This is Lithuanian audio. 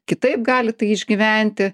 kitaip gali tai išgyventi